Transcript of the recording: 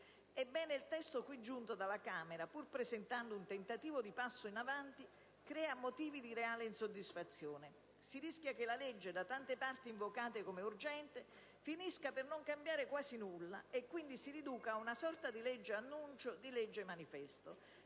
Ebbene, il testo trasmesso dalla Camera, pur presentando un tentativo di passo in avanti, crea motivi di reale insoddisfazione. Si rischia che la legge, da tante parti invocata come urgente, finisca per non cambiare quasi nulla e si riduca quindi ad una sorta di legge-annuncio, di legge-manifesto.